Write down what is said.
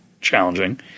challenging